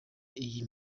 iyi